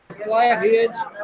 flatheads